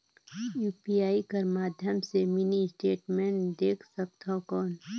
UPI कर माध्यम से मिनी स्टेटमेंट देख सकथव कौन?